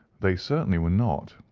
they certainly were not.